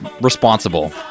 responsible